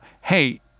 hey